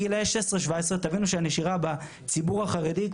גילאי 17-16 הם גילאי הנשירה בציבור החרדי,